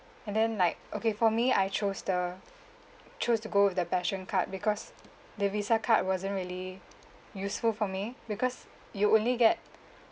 and then like okay for me I chose the chose to go with the passion card because the visa card wasn't really useful for me because you only get